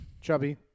Chubby